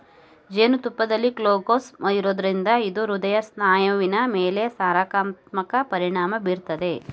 ಜೇನುತುಪ್ಪದಲ್ಲಿ ಗ್ಲೂಕೋಸ್ ಇರೋದ್ರಿಂದ ಇದು ಹೃದಯ ಸ್ನಾಯುವಿನ ಮೇಲೆ ಸಕಾರಾತ್ಮಕ ಪರಿಣಾಮ ಬೀರ್ತದೆ